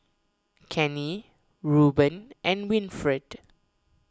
Kenney Rueben and Winfred